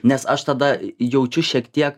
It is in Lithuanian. nes aš tada jaučiu šiek tiek